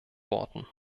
worten